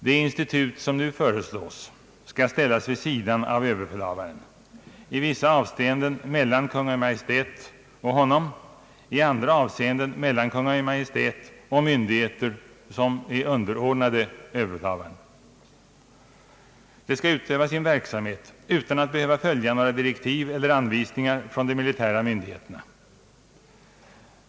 Det institut som nu föreslås skall ställas vid sidan av överbefälhavaren — i vissa avseenden mellan Kungl. Maj:t och honom, i andra avseenden mellan Kungl. Maj:t och myndigheter som är underordnade överbefälhavaren. Det skall utöva sin verksamhet utan att behöva följa några direktiv eller anvisningar från de militära myndigheterna.